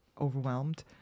overwhelmed